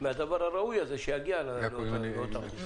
מהדבר הראוי הזה שיגיע לאותם אנשים?